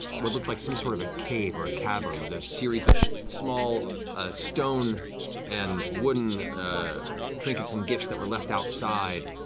what looked like some sort of a cave or cavern with a series of small stone and wooden trinkets and gifts that were left outside,